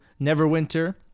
Neverwinter